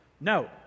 No